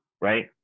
right